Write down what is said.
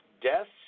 deaths